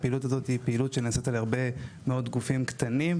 הפעילות הזאת היא פעילות שנעשית על ידי הרבה מאוד גופים קטנים,